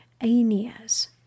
Aeneas